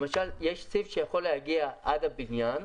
למשל יש סיב שיכול להגיע עד הבניין,